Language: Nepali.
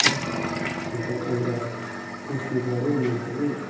हो अन्त एउटा सोच्नु पऱ्यो मान्छेले